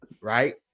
right